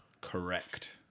Correct